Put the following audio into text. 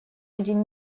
один